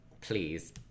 please